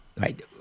right